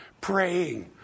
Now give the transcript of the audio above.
praying